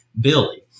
billy